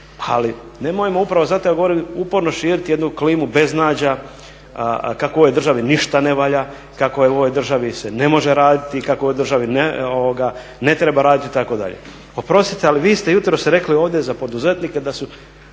Ali nemojmo, upravo zato ja govorim, uporno širiti jednu klimu beznađa, kako u ovoj državni ništa ne valja, kako je u ovoj državi se ne može raditi, kako u ovoj državi ne treba raditi itd. Oprostite ali vi te jutros rekli ovdje za poduzetnike da su